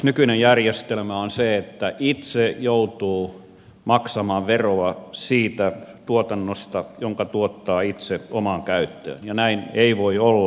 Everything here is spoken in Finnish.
nykyinen järjestelmä on se että itse joutuu maksamaan veroa siitä tuotannosta jonka tuottaa itse omaan käyttöön ja näin ei voi olla